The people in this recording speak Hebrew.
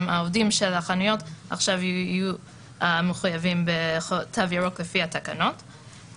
העובדים בחנויות עכשיו יהיו חייבים לפי התקנות בתו ירוק.